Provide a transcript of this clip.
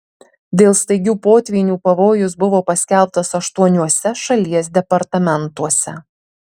dėl staigių potvynių pavojus buvo paskelbtas aštuoniuose šalies departamentuose